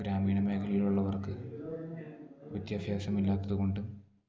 ഗ്രാമീണ മേഖലയിലുള്ളവർക്ക് വിദ്യാഭ്യാസമില്ലാത്തത് കൊണ്ട്